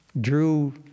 drew